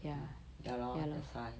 mm ya lor that's why